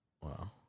Wow